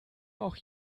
auch